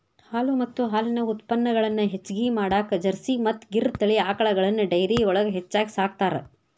ಹಾಲು ಮತ್ತ ಹಾಲಿನ ಉತ್ಪನಗಳನ್ನ ಹೆಚ್ಚಗಿ ಮಾಡಾಕ ಜರ್ಸಿ ಮತ್ತ್ ಗಿರ್ ತಳಿ ಆಕಳಗಳನ್ನ ಡೈರಿಯೊಳಗ ಹೆಚ್ಚಾಗಿ ಸಾಕ್ತಾರ